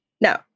No